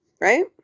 right